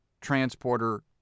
transporter